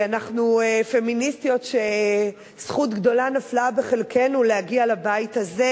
אנחנו פמיניסטיות שזכות גדולה נפלה בחלקנו להגיע לבית הזה,